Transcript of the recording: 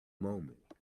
moment